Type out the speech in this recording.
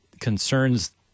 concerns